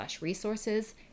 resources